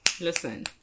listen